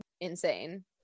insane